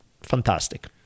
fantastic